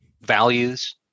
values